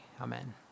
Amen